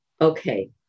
Okay